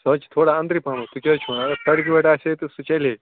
سُہ حظ چھ تھوڑا اَندرٕے پَہنَتھ تُہۍ کیاہ حظ چھِو وَنان اگر سَڑکہِ پیٹھ آسہِ ہہَ سُہ چَلہِ ہے